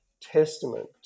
testament